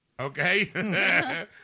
Okay